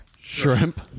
Shrimp